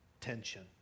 tension